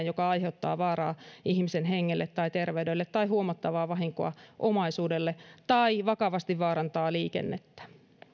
joka aiheuttaa vaaraa ihmisen hengelle tai terveydelle tai huomattavaa vahinkoa omaisuudelle tai vakavasti vaarantaa liikennettä